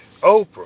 Oprah